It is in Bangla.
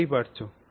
বুঝতেই পারছ